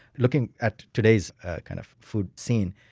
looking at today's kind of food scene,